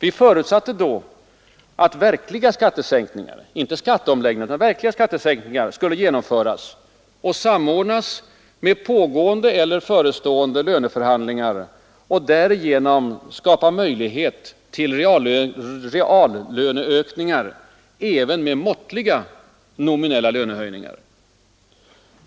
Vi förutsatte då att verkliga skattesänkningar — inte skatteomläggningar utan verkliga skattesänkningar — skulle genomföras och samordnas med pågående eller förestående löneförhandlingar och därigenom skapa möjlighet till reallöneökningar även med måttliga nominella lönehöjningar.